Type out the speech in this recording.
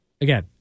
again